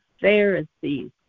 Pharisees